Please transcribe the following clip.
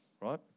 right